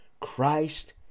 Christ